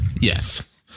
Yes